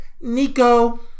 Nico